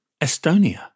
Estonia